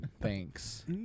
thanks